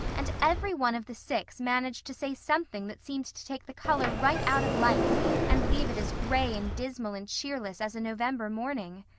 and every one of the six managed to say something that seemed to take the color right out of life and leave it as gray and dismal and cheerless as a november morning.